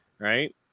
Right